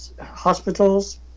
hospitals